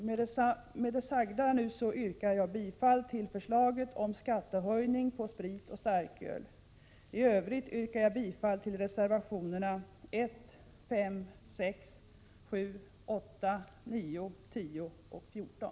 Med det sagda yrkar jag bifall till förslaget om skattehöjning på sprit och starköl. I övrigt yrkar jag bifall till reservationerna 1, 5, 6, 7, 8, 9, 10 och 14.